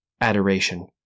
Adoration